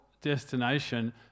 destination